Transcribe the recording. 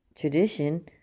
tradition